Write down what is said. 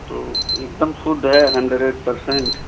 तो एकदम शुद्ध है हन्डरेड पर्सेन्ट